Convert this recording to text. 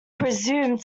presume